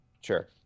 Sure